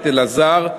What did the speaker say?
את אלעזר.